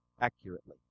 accurately